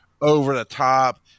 over-the-top